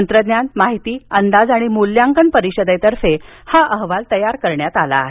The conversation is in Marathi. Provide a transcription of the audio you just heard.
तंत्रज्ञान माहिती अंदाज आणि मूल्यांकन परिषदेनं हा अहवाल तयार करण्यात आला आहे